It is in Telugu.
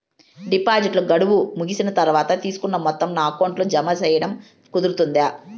డిపాజిట్లు గడువు ముగిసిన తర్వాత, తీసుకున్న మొత్తం నా అకౌంట్ లో జామ సేయడం కుదురుతుందా?